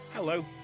Hello